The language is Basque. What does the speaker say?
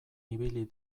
ibili